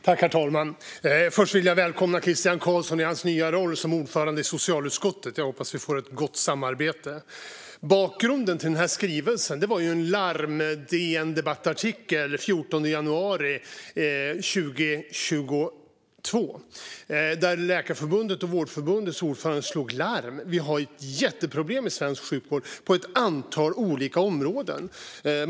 Herr talman! Först vill jag välkomna Christian Carlsson i hans nya roll som ordförande i socialutskottet. Jag hoppas att vi får ett gott samarbete. Bakgrunden till den här skrivelsen är en artikel på DN Debatt den 14 januari 2022 där Läkarförbundets och Vårdförbundets ordförande slog larm om att vi har jätteproblem på ett antal olika områden i svensk sjukvård.